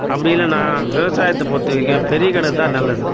அப்படி இல்லைன்னா விவசாயத்தை பொறுத்த வரைக்கும் பெரிய கிணறுதான் நல்லது